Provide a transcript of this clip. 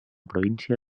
província